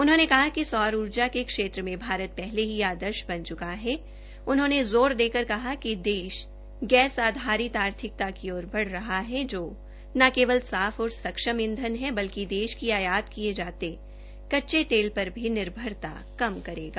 उन्होंने कहा कि सौर ऊर्जा के क्षेत्र मे भारत पहले ही आदर्श बन चुका हण उन्होंने कहा कि देश ग्रु आधारित आर्थिकता की ओर बढ़ रहा ह जो ने केवल साफ और सक्षम ईंधन ह बल्कि देश की आयात किये जाने कच्चे तेल पर भी निर्भरता कम करेगा